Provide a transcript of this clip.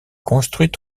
construite